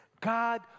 god